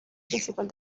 principal